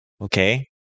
Okay